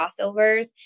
crossovers